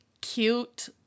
cute